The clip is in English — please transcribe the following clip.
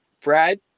Brad